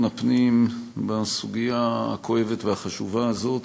הפנים בסוגיה הכואבת והחשובה הזו.